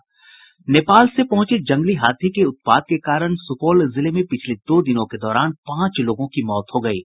नेपाल से पहुंचे एक जंगली हाथी के उत्पात के कारण सुपौल जिले में पिछले दो दिनों के दौरान पांच लोगों की मौत हो गयी है